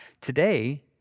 today